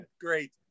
Great